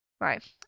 right